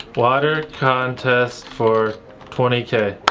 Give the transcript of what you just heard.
water contest for twenty k